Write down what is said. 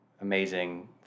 amazing